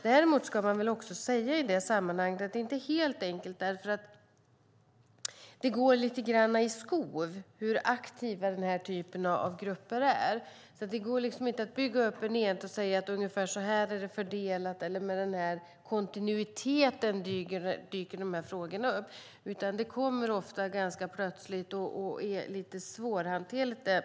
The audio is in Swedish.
Det ska dock i detta sammanhang sägas att det inte är helt enkelt, för det går lite grann i skov hur aktiva dessa grupper är. Det går inte att bygga upp en enhet på att det är fördelat på ett visst sätt eller att frågorna dyker upp med en viss kontinuitet, utan det kommer ofta ganska plötsligt och är därför lite svårhanterligt.